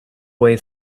way